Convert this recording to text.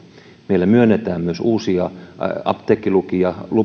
meillä myös myönnetään uusia apteekkilupia